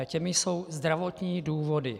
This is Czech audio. Tím jsou zdravotní důvody.